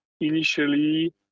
initially